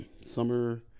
Summer